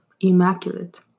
Immaculate